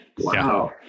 Wow